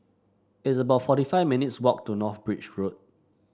it's about forty five minutes' walk to North Bridge Road